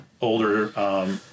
older